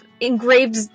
engraved